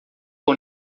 com